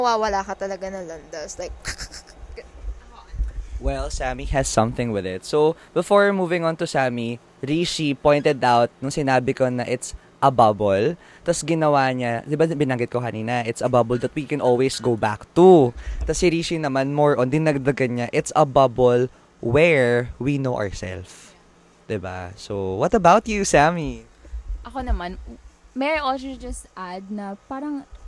mawawala ka talaga ng landas, like- Well, Sammy has something with it. So, before moving on to Sammy, Rishi pointed out nung sinabi ko na it's a bubble. Tas ginawa niya- 'di ba binanggit ko kanina, it's a bubble that we can always go back to. Tas si Rishi naman, more on, dinagdagan niya, it's a bubble where we know ourself. 'Di ba? So, what about you, Sammy? Ako naman, may I also just add na parang-